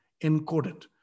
encoded